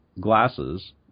glasses